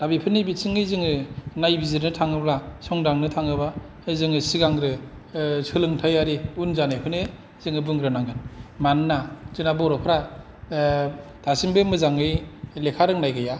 दा बेफोरनि बिथिङै जोङो नायबिजिरनो थाङोबा संदांनो थाङोबा जोङो सिगांग्रो सोलोंथायारि उन जानायफोरनो जोंङो बुंगोरनांगोन मानोना जोंना बर'फ्रा दासिमबो मोजाङै लेखा रोंनाय गैया